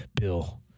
Bill